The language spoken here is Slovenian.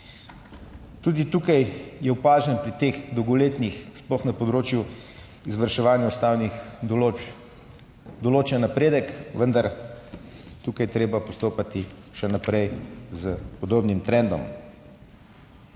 Tudi tukaj je opažen pri dolgoletnih, sploh na področju izvrševanja ustavnih določb, določen napredek, vendar je tukaj treba postopati še naprej s podobnim trendom.